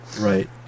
Right